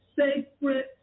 sacred